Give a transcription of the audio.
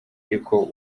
ariko